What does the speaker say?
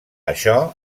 això